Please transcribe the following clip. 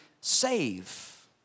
save